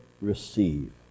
receive